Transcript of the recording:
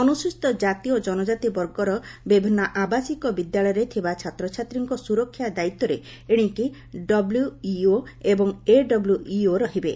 ଅନୁସ୍ଟିତ କାତି ଓ କନକାତି ବର୍ଗର ବିଭିନ୍ନ ଆବାସିକ ବିଦ୍ୟାଳୟରେ ଥିବା ଛାତ୍ରଛାତ୍ରୀଙ୍କ ସୁରକ୍ଷା ଦାୟିତ୍ୱରେ ଏଶିକି ଡବ୍ଲଇଓ ଏବଂ ଏଡବ୍ଲଡିଓ ରହିବେ